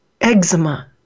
eczema